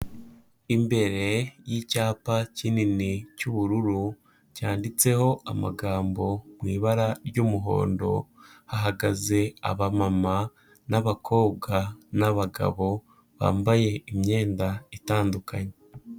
Imbere y'icyapa kinini cy'ubururu cyanditseho amagambo mu ibara ry'umuhondo, hahagaze abamama n'abakobwa n'abagabo bambaye imyenda itandukanye.